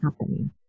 happening